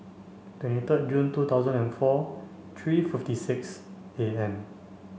twenty third June two thousand and four three fifty six A M